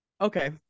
Okay